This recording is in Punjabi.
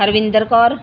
ਹਰਵਿੰਦਰ ਕੌਰ